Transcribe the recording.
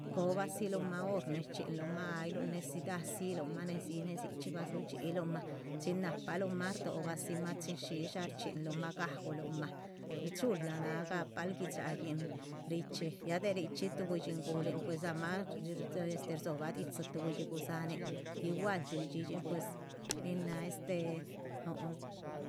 Igual tubi dxidxin cobasiluma hor nin xchinluma haylu necesidad siluma nesi nesichi va sudxiiluma chin napaluma rdobasima chin dxixha xchinluma gaulma, chula na' gapal guidxallin richi, ya derichi, tubi buidxhingulin pues ama rsoba didxhi tubi buidxhigusanin.